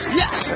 yes